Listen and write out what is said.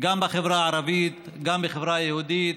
גם בחברה הערבית, גם בחברה היהודית,